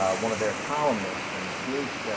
ah one of their columnists and his ah.